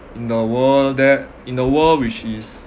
in the world that in the world which is